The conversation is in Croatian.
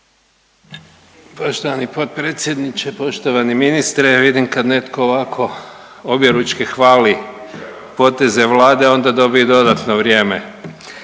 Poštovani potpredsjedniče, poštovani ministre vidim kad netko ovako objeručke hvali poteze Vlade onda dobije dodatno vrijeme,